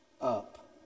up